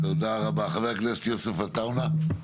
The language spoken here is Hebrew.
תודה רבה, חבר הכנסת יוסף עטאונה.